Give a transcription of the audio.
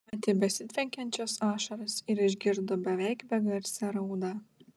matė besitvenkiančias ašaras ir išgirdo beveik begarsę raudą